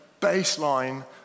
baseline